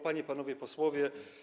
Panie i Panowie Posłowie!